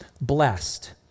Blessed